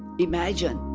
imagine.